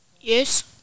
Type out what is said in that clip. Yes